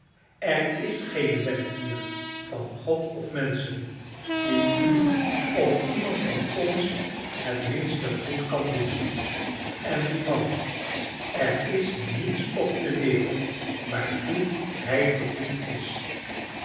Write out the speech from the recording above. er is geene wet hier van god of menschen die u of iemand van ons het minste goed kan doen en die man er is niets op de wereld waartoe hij te goed is